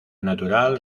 natural